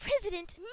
President